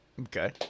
Okay